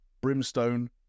Brimstone